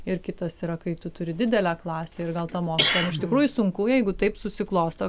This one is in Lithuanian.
ir kitas yra kai tu turi didelę klasę ir gal tom mokytojom iš tikrųjų sunku jeigu taip susiklosto